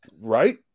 Right